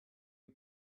you